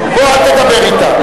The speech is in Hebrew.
פה אל תדבר אתה.